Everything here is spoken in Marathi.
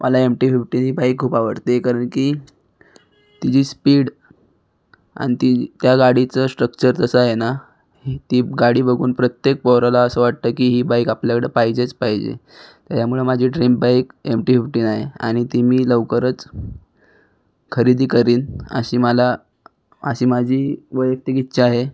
मला एम टी फिफ्टीन ही बाईक खूप आवडते कारण की तिची स्पीड आणि ती त्या गाडीचं स्ट्रक्चर जसं आहे ना ती गाडी बघून प्रत्येक पोराला असं वाटतं की ही बाईक आपल्याकडं पाहिजेच पाहिजे ह्यामुळं माझी dream bike M T fifteen आहे आणि ती मी लवकरच खरेदी करीन अशी मला अशी माझी वैयक्तिक इच्छा आहे